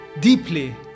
deeply